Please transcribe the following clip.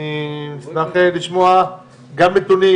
אני אשמח לשמוע גם נתונים,